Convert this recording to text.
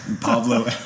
Pablo